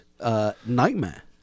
nightmare